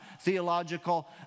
theological